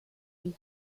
die